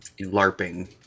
larping